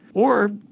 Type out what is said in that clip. or,